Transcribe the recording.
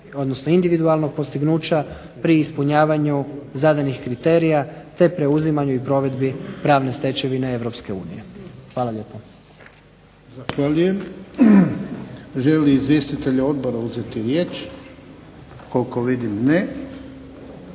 odnosno individualnog postignuća pri ispunjavanju zadanih kriterija te preuzimanju i provedbi pravne stečevine Europske unije.